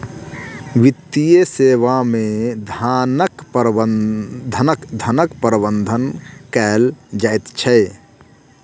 वित्तीय सेवा मे धनक प्रबंध कयल जाइत छै